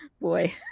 Boy